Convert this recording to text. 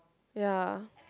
ya